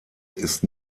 ist